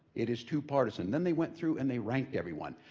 it is too partisan. then they went through and they ranked everyone.